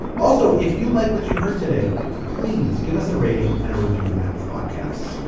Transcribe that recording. also if you like what you heard today please give us a rating and a review and app podcasts.